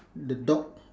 the dog